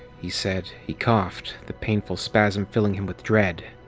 he said. he coughed, the painful spasm filling him with dread.